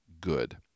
good